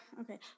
okay